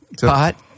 pot